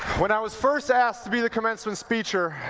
when i was first asked to be the commencement speaker